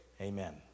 amen